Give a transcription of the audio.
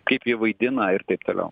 kaip jie vaidina ir taip toliau